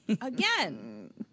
Again